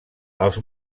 els